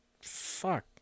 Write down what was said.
fuck